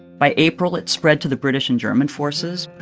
by april, it spread to the british and german forces.